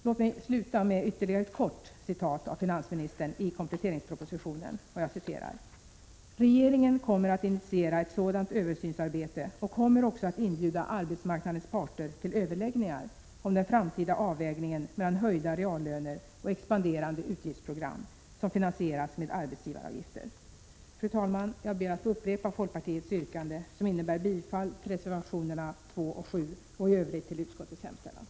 Låt mig sluta med ytterligare ett kort citat av finansministern i kompletteringspropositionen: ”Regeringen kommer att initiera ett sådant översynsarbete och kommer också att inbjuda arbetsmarknadens parter till överläggningar om den framtida avvägningen mellan höjda reallöner och expanderande utgiftsprogram, som finansieras med arbetsgivaravgifter.” Fru talman! Jag ber att få upprepa folkpartiets yrkande, som innebär bifall till reservationerna 2 och 7 och i övrigt bifall till utskottets hemställan.